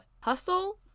hustle